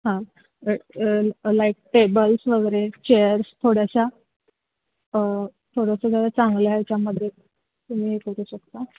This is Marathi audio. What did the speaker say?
हां लाईक टेबल्स वगैरे चेअर्स थोड्याशा थोडंसं जरा चांगल्या याच्यामध्ये तुम्ही हे करू शकता